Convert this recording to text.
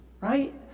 right